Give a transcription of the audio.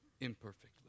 imperfectly